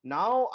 Now